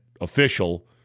official